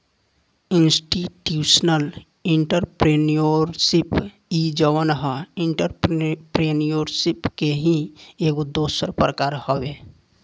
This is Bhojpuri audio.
इंस्टीट्यूशनल एंटरप्रेन्योरशिप इ जवन ह एंटरप्रेन्योरशिप के ही एगो दोसर प्रकार हवे